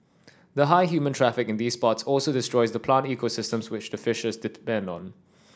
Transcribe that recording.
the high human traffic in these spots also destroys the plant ecosystems which the fishes depend on